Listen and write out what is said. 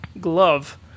glove